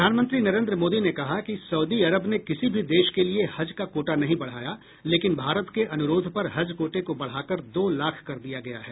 प्रधानमंत्री नरेन्द्र मोदी ने कहा कि सउदी अरब ने किसी भी देश के लिए हज का कोटा नहीं बढ़ाया लेकिन भारत के अनुरोध पर हज कोटे को बढ़ा कर दो लाख कर दिया गया है